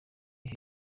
ari